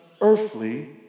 earthly